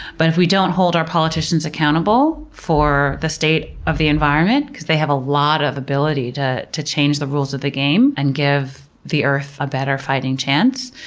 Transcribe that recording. but if we don't hold our politicians accountable for the state of the environment, because they have a lot of ability to to change the rules of the game and give the earth a better fighting chance.